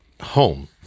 home